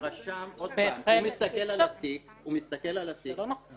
עוד פעם, הרשם מסתכל על התיק --- זה לא נכון.